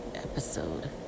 episode